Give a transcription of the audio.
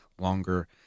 longer